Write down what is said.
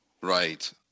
Right